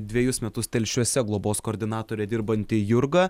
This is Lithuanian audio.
dvejus metus telšiuose globos koordinatore dirbanti jurga